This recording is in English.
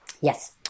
yes